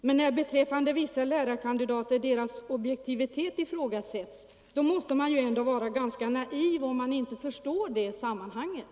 Men när vissa lärarkandidaters objektivitet ifrågasätts måste man ändå vara ganska naiv om man inte förstår sammanhanget.